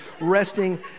resting